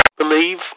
Believe